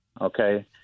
Okay